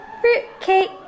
fruitcake